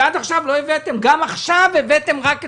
עד עכשיו לא הבאתם, וגם עכשיו, הבאתם רק אתמול.